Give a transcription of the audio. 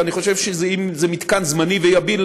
ואני חושב שאם זה מתקן זמני ויביל,